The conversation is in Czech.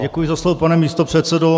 Děkuji za slovo, pane místopředsedo.